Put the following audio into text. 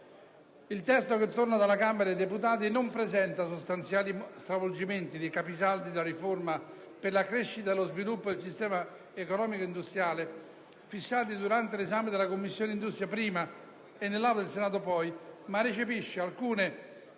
Il testo che torna dalla Camera dei deputati non presenta sostanziali stravolgimenti dei capisaldi della riforma per la crescita e lo sviluppo del sistema economico-industriale fissati durante l'esame in Commissione industria, prima, e nell'Aula del Senato, poi, ma recepisce alcune